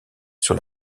sur